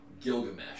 Gilgamesh